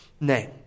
name